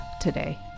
today